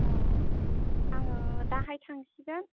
अ आङो दाहाय थांसिगोन